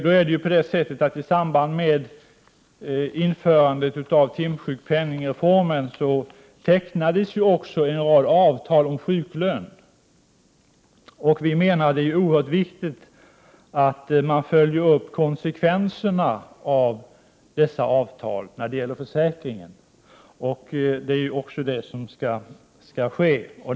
I samband med genomförandet av timsjukpenningreformen tecknades en rad avtal om sjuklön. Vi menar att det är oerhört viktigt att följa upp konsekvenserna av dessa avtal när det gäller försäkringen. Det är också det som skall ske.